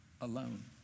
alone